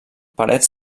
parets